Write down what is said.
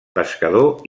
pescador